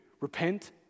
Repent